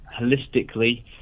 holistically